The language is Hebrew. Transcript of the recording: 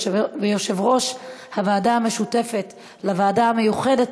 ויושב-ראש הוועדה המשותפת לוועדה המיוחדת